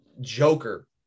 joker